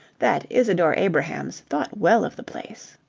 that isadore abrahams thought well of the place.